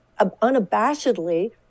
unabashedly